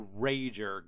rager